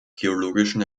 geologischen